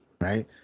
right